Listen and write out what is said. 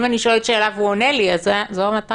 אם אני שואלת שאלה והוא עונה לי, זאת המטרה.